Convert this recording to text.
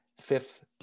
fifth